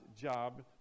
job